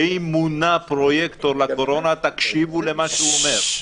ואם מונה פרויקטור לקורונה, תקשיבו למה שהוא אומר.